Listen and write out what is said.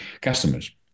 customers